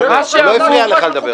הוא לא הפריע לך לדבר.